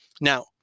Now